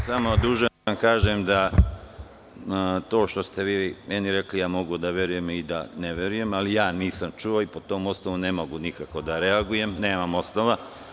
Samo sam dužan da vam kažem da to što ste vi meni rekli, ja mogu da verujem i da ne verujem, ali ja nisam čuo i po tom osnovu ne mogu nikako da reagujem, nemam osnova.